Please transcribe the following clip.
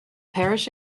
parish